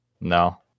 No